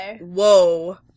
whoa